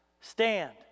Stand